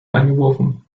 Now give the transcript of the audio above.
eingeworfen